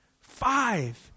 five